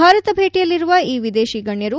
ಭಾರತ ಭೇಟಿಯಲ್ಲಿರುವ ಈ ವಿದೇಶೀ ಗಣ್ಯರು